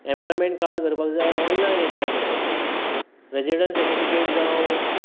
employment card करपाक जाय online apply करपाचें रेजिडन्स सर्टिफिकेट जावं